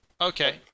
okay